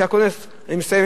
אני מסיים,